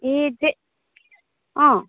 ए जे अँ